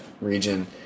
region